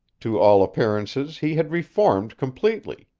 to all appearances, he had reformed completely.